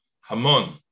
Hamon